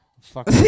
Fuck